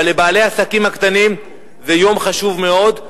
אבל לבעלי העסקים הקטנים זה יום חשוב מאוד,